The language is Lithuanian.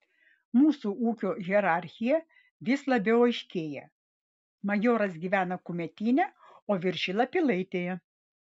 mūsų ūkio hierarchija vis labiau aiškėja majoras gyvena kumetyne o viršila pilaitėje